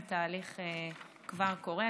התהליך כבר קורה.